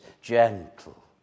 Gentle